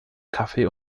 kaffee